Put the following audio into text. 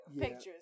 pictures